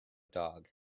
dog